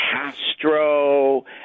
Castro